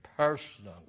personally